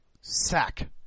sack